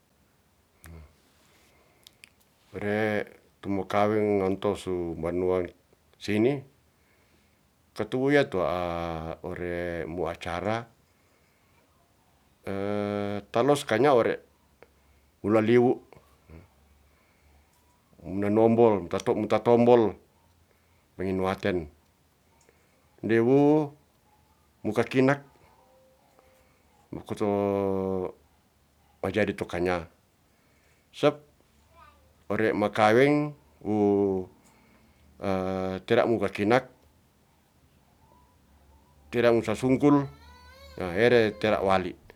Ore tu mokaweng onto su banuang sini, ketu wu ya' to ore mu acara talos kanya ore wu lali wu. Munanombol, ta to mutatombol menginuaten. Nde wu mukakinak makoto majadi to kanya, sep ore makaweng wu tera mukakinak, tera ngu sasungkul ere tera wali